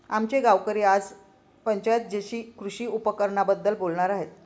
आमचे गावकरी आज पंचायत जीशी कृषी उपकरणांबद्दल बोलणार आहेत